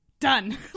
Done